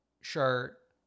shirt